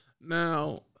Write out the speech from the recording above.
Now